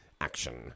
action